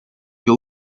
your